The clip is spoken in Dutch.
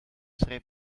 schreef